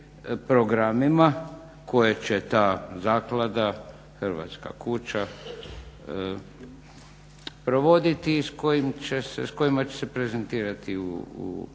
programima koje će ta zaklada "Hrvatska kuća" provoditi i s kojima će se prezentirati u svijetu.